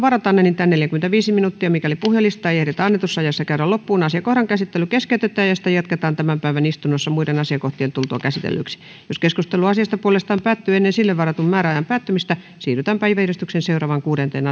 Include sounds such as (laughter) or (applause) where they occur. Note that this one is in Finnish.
(unintelligible) varataan enintään neljäkymmentäviisi minuuttia mikäli puhujalistaa ei ehditä annetussa ajassa käydä loppuun asiakohdan käsittely keskeytetään ja sitä jatketaan tämän päivän istunnossa muiden asiakohtien tultua käsitellyiksi jos keskustelu asiasta puolestaan päättyy ennen sille varatun määräajan päättymistä siirrytään päiväjärjestyksen seuraavaan kuudenteen (unintelligible)